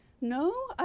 No